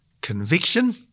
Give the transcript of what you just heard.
conviction